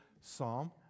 psalm